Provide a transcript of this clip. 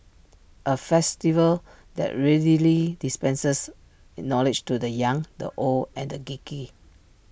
A festival that readily dispenses knowledge to the young the old and the geeky